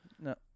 No